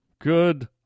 Good